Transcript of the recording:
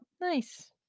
Nice